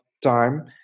time